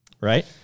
right